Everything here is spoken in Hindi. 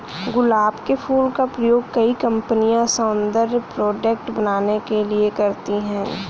गुलाब के फूल का प्रयोग कई कंपनिया सौन्दर्य प्रोडेक्ट बनाने के लिए करती है